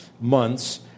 months